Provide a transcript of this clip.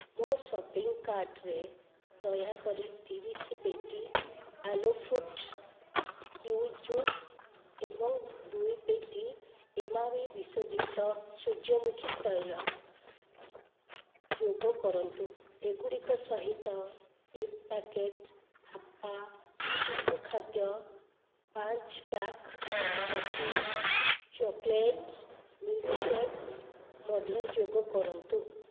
ମୋ ସପିଂ କାର୍ଟ୍ରେ ଦୟାକରି ତିରିଶ ପେଟି ଆଲୋ ଫ୍ରୁଟ୍ କିୱି ଜୁସ୍ ଏବଂ ଦୁଇ ପେଟି ଏମାମି ବିଶୋଧିତ ସୂର୍ଯ୍ୟମୁଖୀ ତୈଳ ଯୋଗ କରନ୍ତୁ ଏଗୁଡ଼ିକ ସହିତ ଏକ୍ ପ୍ୟାକେଟ୍ ହାପ୍ପା ଶିଶୁ ଖାଦ୍ୟ ପାଞ୍ଚ ପ୍ୟାକ୍ ହର୍ଷିଜ୍ ଚକୋଲେଟ୍ ମିଲ୍କ୍ଶେକ୍ ମଧ୍ୟ ଯୋଗ କରନ୍ତୁ